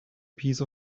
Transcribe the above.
piece